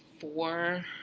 four